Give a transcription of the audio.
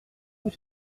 vous